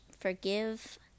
forgive